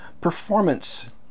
performance